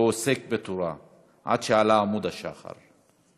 ועוסק בתורה עד שעלה עמוד השחר".